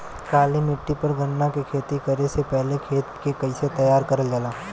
काली मिट्टी पर गन्ना के खेती करे से पहले खेत के कइसे तैयार करल जाला?